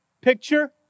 picture